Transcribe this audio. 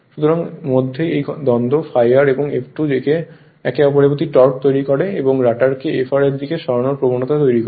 সুতরাংমধ্যে এই দ্বন্দ্ব ∅r এবং F2 যা একে অপরের প্রতি টর্ক তৈরি করে এবং রটারকে Fr এর দিকে সরানোর প্রবণতা তৈরি করে